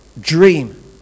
dream